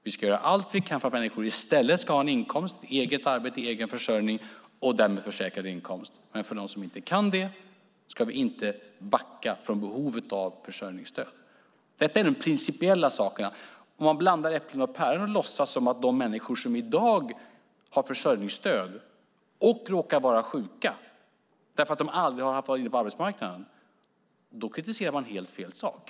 Vi ska göra allt vi kan för att människor ska ha en egen inkomst - eget arbete, egen försörjning och därmed försäkrad inkomst. Men för de som inte kan ha det ska vi inte backa från behovet av försörjningsstöd. Detta är de principiella sakerna. Om man blandar äpplen och päron och tar med de människor som i dag har försörjningsstöd för att de aldrig har varit inne på arbetsmarknaden och råkar vara sjuka kritiserar man helt fel sak.